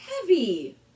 Heavy